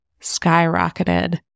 skyrocketed